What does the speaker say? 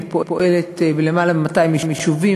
היא פועלת בלמעלה מ-200 יישובים,